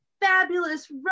Fabulous